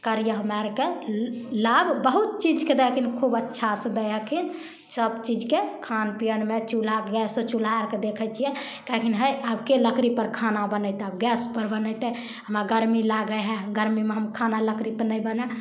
करिए हमरा आरके लाभ बहुत चीज के दै हीकीन खूब अच्छा से दै हीकीन सब चीजके खान पीअनमे चूल्हा गैस चूल्हा आरके देखै छियै कहे हीकीन है आब के लकड़ी पर खाना बनेतै आब गैस पर बनेतै हमरा गरमी लागै है गरमीमे खाना हम लकड़ी पर नहि बनैब